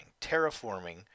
Terraforming